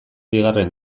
bigarren